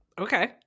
okay